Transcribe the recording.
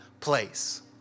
place